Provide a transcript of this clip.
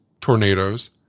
tornadoes